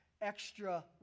extra